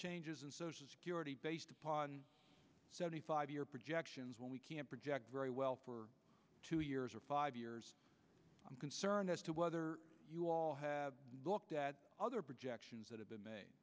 changes in social security based upon seventy five year projections when we can't project very well for two years or five years i'm concerned as to whether you all have looked at other projections that have been